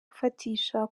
gufatisha